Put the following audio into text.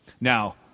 Now